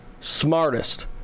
smartest